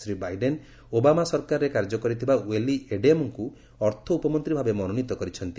Shri Biden Obama ସରକାରରେ କାର୍ଯ୍ୟ କରିଥିବା ଓ୍ବେଲି ଏଡେୟେମୋଙ୍କୁ ଅର୍ଥ ଉପମନ୍ତ୍ରୀ ଭାବେ ମନୋନୀତ କରିଛନ୍ତି